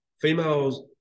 females –